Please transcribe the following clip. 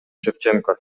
шевченко